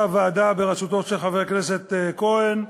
הוועדה בראשותו של חבר הכנסת כהן,